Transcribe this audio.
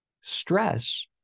Stress